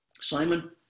Simon